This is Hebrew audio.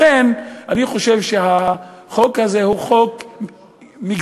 לכן אני חושב שהחוק הזה הוא חוק מגזרי,